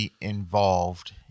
involved